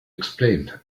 explain